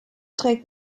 trägt